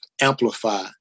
amplify